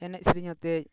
ᱮᱱᱮᱡ ᱥᱮᱨᱮᱧ ᱟᱛᱮᱜ